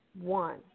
one